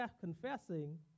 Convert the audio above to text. confessing